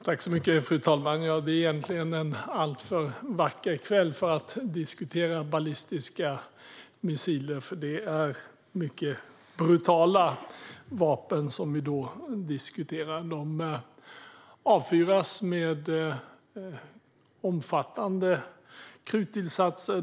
Fru talman! Det är egentligen en alltför vacker kväll för att diskutera ballistiska missiler, eftersom det är mycket brutala vapen som vi då diskuterar. De avfyras med omfattande krutinsatser.